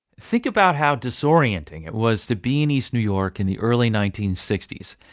think about how disorienting it was to be in east new york in the early nineteen sixty s.